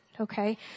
Okay